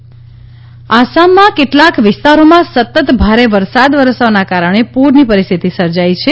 અસમ પુર આસામમાં કેટલાંક વિસ્તારોમાં સતત ભારે વરસાદ વરસવાના કારણે પૂરની પરિસ્થિતિ સર્જાઇ છે